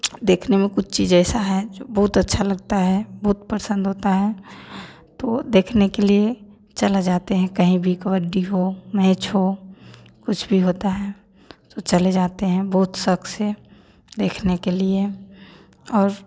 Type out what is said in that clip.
देखने में कुछ चीज़ ऐसा है जो बहुत अच्छा लगता है बोत पसंद होता है तो देखने के लिए चला जाते हैं कहीं भी कबड्डी हो मैएच हो कुछ भी होता है तो चले जाते हैं बहुत शौक़ से देखने के लिए और